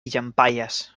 llampaies